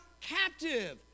captive